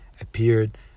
appeared